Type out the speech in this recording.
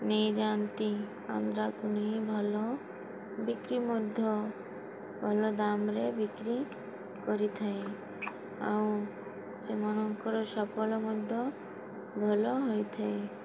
ନେଇଯାଆନ୍ତି ଆନ୍ଦ୍ରାକୁ ନେଇ ଭଲ ବିକ୍ରି ମଧ୍ୟ ଭଲ ଦାମ୍ରେ ବିକ୍ରି କରିଥାଏ ଆଉ ସେମାନଙ୍କର ସଫଲ ମଧ୍ୟ ଭଲ ହୋଇଥାଏ